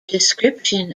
description